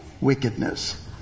wickedness